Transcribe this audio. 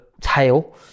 tail